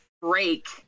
break